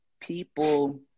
people